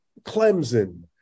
Clemson